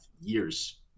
years